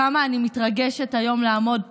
כמה אני מתרגשת היום לעמוד פה,